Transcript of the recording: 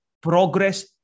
progress